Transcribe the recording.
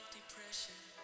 depression